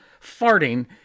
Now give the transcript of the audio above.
farting